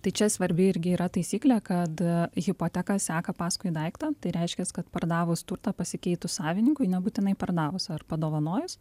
tai čia svarbi irgi yra taisyklė kad hipoteka seka paskui daiktą tai reiškias kad pardavus turtą pasikeitus savininkui nebūtinai pardavus ar padovanojus